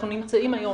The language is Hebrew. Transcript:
אנחנו נמצאים היום